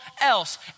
else